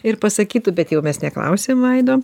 ir pasakytų bet jau mes neklausiam vaido